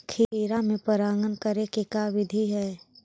खिरा मे परागण करे के का बिधि है?